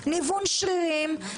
ניוון שררים,